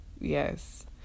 yes